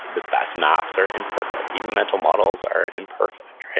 the best maps are imperfect. even mental models are imperfect.